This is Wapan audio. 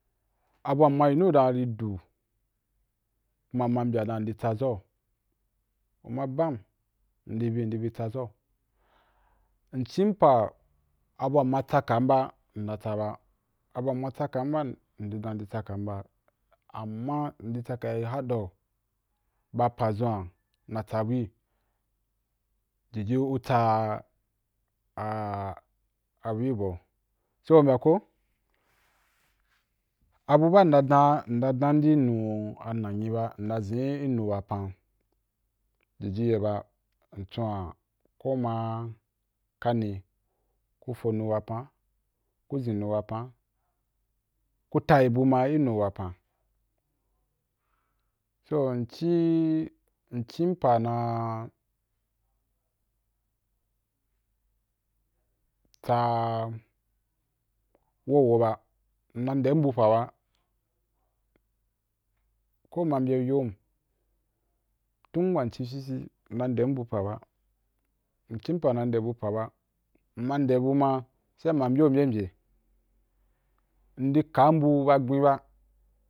Abu wa mma yi nu dan ri do, ma mma bya dan ndi tsa za’o, u ma bam ndi bi, ndi tsaza’o mcim pa abu’a mma tsa kam ba nna tsaba, abu a mma tsakam ba ndi dan ndi tsaka m ba, ama’a ndi tsaka i ha bu’i jiji u tsa a bu’i bau, so u bya ko abu ba mna dan mna dan i nu ananyi ba nna zin i nu wapan jiji ye ba mchon a koma kani ku fo nu wapan, ko zin nu wapan, ku tayi bu ma i nu wapan, so mci pa na tsa wowo ba, nna ndem bu pa, ko u ma mbya yom tun wa mci fyidyi nna nde bu pa, mcim pa na nde bu pa ba, mma nde bu ma sai mma mbiu mbya mbya, ndi kam bu ba gben ba